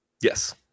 Yes